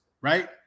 right